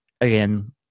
again